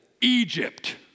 Egypt